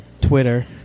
Twitter